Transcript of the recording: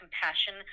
compassion